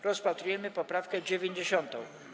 Rozpatrujemy poprawkę 90.